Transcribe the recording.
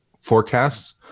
forecasts